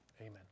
Amen